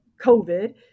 COVID